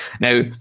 now